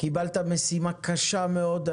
קיבלת משימה קשה מאוד.